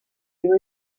you